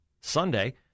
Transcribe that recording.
Sunday